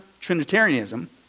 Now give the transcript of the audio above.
Trinitarianism